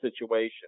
situation